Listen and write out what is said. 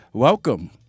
Welcome